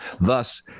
Thus